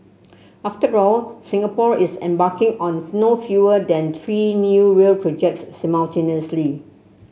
after all Singapore is embarking on no fewer than three new rail projects simultaneously